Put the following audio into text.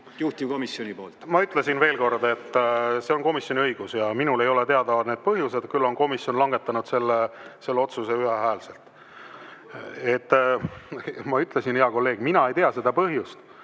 Ma ütlen veel kord, et see on komisjoni õigus. Minule ei ole teada need põhjused. Küll on komisjon langetanud selle otsuse ühehäälselt. (Hääl saalist.) Ma ütlesin, hea kolleeg, mina ei tea seda põhjust,